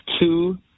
two